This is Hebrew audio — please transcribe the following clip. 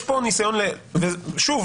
יש פה ניסיון לגיטימי,